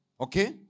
Okay